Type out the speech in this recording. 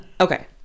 Okay